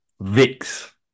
VIX